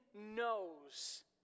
knows